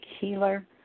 healer